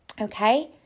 Okay